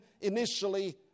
initially